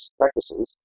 practices